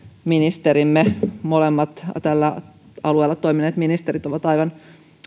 ministerimme molemmat tällä alueella toimineet ministerit ovat aivan